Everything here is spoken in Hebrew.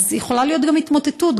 אז יכולה להיות התמוטטות,